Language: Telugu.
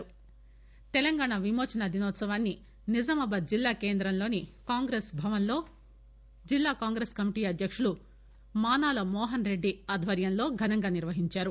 విమోచన దినోత్సవం జిల్లాలు తెలంగాణ విమోచన దినోత్పవాన్ని నిజామాబాద్ జిల్లా కేంద్రం లోని కాంగ్రెస్ భవన్ లో జిల్లా కాంగ్రెస్ కమిటీ అధ్యకులు మానాల మోహన్ రెడ్డి ఆధ్వర్యంలో ఘనంగా నిర్వహించారు